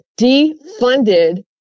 defunded